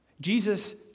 Jesus